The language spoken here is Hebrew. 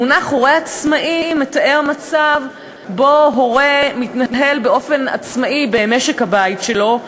המונח "הורה עצמאי" מתאר מצב שבו הורה מתנהל באופן עצמאי במשק הבית שלו,